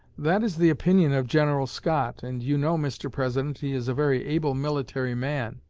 that is the opinion of general scott, and you know, mr. president, he is a very able military man